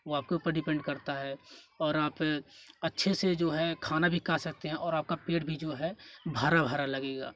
वह आपके ऊपर डिपेंड करता है और आप अच्छे से जो है खाना भी खा सकते हैं और आपका पेट भी जो है भरा भरा लगेगा